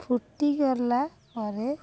ଫୁଟିଗଲା ପରେ